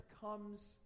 comes